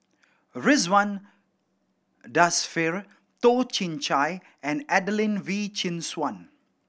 Ridzwan Dzafir Toh Chin Chye and Adelene Wee Chin Suan